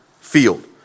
field